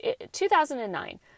2009